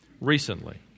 recently